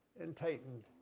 and tighten.